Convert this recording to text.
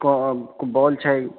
कहब बॉल छै